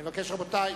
רבותי,